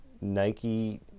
Nike